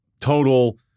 total